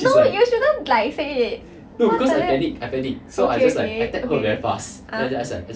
no you shouldn't like say it cause like that okay okay okay ah